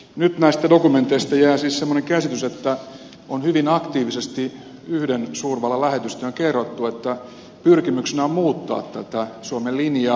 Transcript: nyt näistä dokumenteista jää siis semmoinen käsitys että on hyvin aktiivisesti yhden suurvallan lähetystöön kerrottu että pyrkimyksenä on muuttaa suomen linjaa